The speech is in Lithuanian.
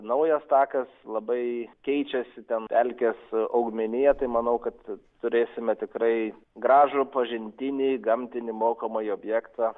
naujas takas labai keičiasi ten pelkė su augmenija tai manau kad turėsime tikrai gražų pažintinį gamtinį mokomąjį objektą